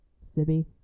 Sibby